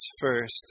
first